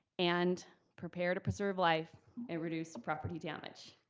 and prepare to preserve life and reduce property damage.